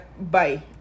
bye